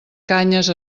canyes